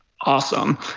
Awesome